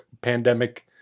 pandemic